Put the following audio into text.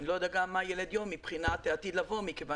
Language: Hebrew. אני גם לא יודע מה ילד יום מבחינת העתיד לבוא מכיוון